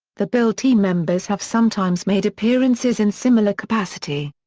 the build team members have sometimes made appearances in similar capacity.